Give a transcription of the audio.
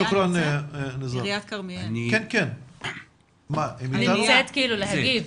עיריית כרמיאל נמצאת להגיב?